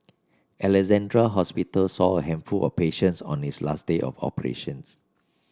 Alexandra Hospital saw a handful of patients on its last day of operations